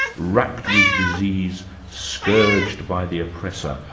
wracked with disease, scourged by the oppressor,